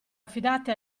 affidati